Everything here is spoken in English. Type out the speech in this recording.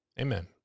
amen